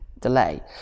delay